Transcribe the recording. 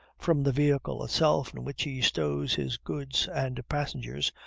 from the vehicle itself in which he stows his goods and passengers,